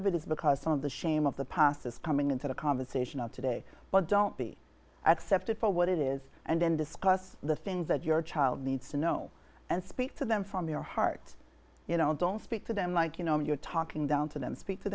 of it is because some of the shame of the past is coming into the conversation of today but don't be accepted for what it is and then discuss the things that your child needs to know and speak to them from your heart you know don't speak to them like you know you're talking down to them speak to